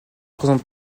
présente